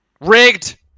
Rigged